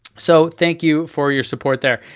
so thank you for your support there.